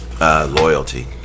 Loyalty